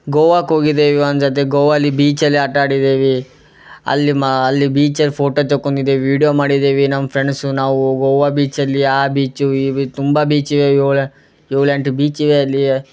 ಗೋವಾಕ್ಕೆ ಹೋಗಿದ್ದೇವೆ ಅವ್ನ ಜೊತೆ ಗೋವಾದಲ್ಲಿ ಬೀಚಲ್ಲಿ ಆಟ ಆಡಿದ್ದೇವೆ ಅಲ್ಲಿ ಮಾ ಅಲ್ಲಿ ಬೀಚಲ್ಲಿ ಫೋಟೋ ತೆಕ್ಕೊಂಡಿದ್ದೇವ್ ವೀಡಿಯೋ ಮಾಡಿದ್ದೇವೆ ನಮ್ಮ ಫ್ರೆಣ್ಸು ನಾವು ಗೋವಾ ಬೀಚಲ್ಲಿ ಆ ಬೀಚು ಈ ಬೀ ತುಂಬ ಬೀಚ್ ಇವೆ ಏಳು ಎಂಟು ಬೀಚ್ ಇವೆ ಅಲ್ಲಿ